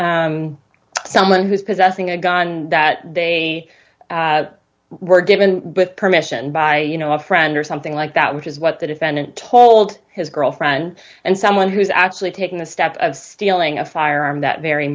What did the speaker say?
someone who's possessing a gun that they were given permission by you know a friend or something like that which is what the defendant told his girlfriend and someone who's actually taking the step of stealing a firearm that very